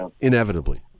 inevitably